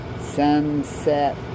sunset